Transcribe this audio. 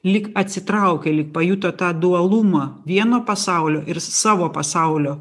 lyg atsitraukė lyg pajuto tą dualumą vieno pasaulio ir savo pasaulio